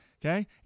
Okay